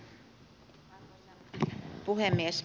arvoisa puhemies